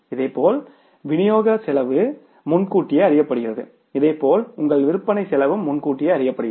இதேபோல் விநியோக செலவு முன்கூட்டியே அறியப்படுகிறது இதேபோல் உங்கள் விற்பனை செலவும் முன்கூட்டியே அறியப்படுகிறது